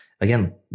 again